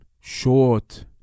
Short